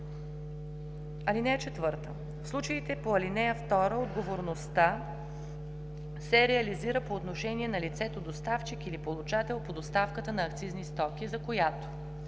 или съответствие. (4) В случаите по ал. 2 отговорността се реализира по отношение на лицето доставчик или получател по доставката на акцизни стоки, за която: